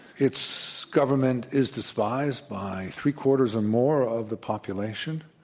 it's government is despised by three quarters or more of the population.